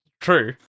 true